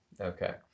Okay